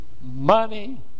money